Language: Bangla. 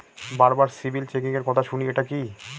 বারবার সিবিল চেকিংএর কথা শুনি এটা কি?